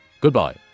goodbye